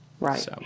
Right